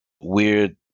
weird